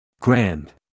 Grand